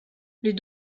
les